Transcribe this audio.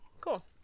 Cool